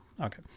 Okay